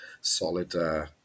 solid